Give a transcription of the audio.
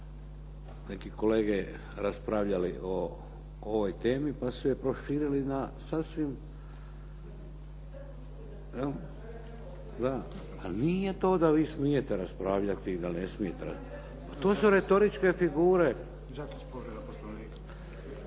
neki kolege raspravljali o ovoj temi pa su je proširili na sasvim. …/Upadica se ne čuje./… Da, a nije to da vi smijete raspravljati ili ne smijete raspravljati. To su retoričke figure.